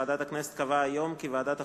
ועדת הכנסת קבעה היום כי ועדת החוקה,